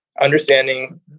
understanding